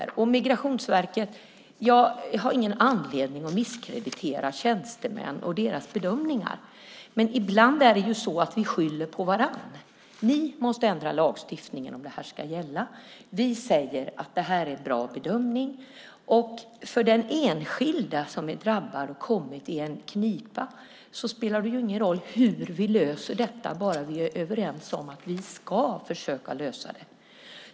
När det gäller Migrationsverket har jag ingen anledning att misskreditera tjänstemän och deras bedömningar. Men ibland skyller vi på varandra. Man säger: Ni måste ändra lagstiftningen om det här ska gälla, och vi säger att det här är en bra bedömning. För den enskilda som är drabbad och som hamnat i en knipa spelar det ju ingen roll hur vi löser detta bara vi är överens om att vi ska försöka lösa det.